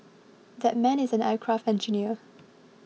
that man is an aircraft engineer